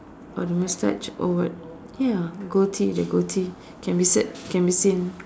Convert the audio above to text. or the mustache or what ya goatee the goatee can be said can be seen